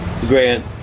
Grant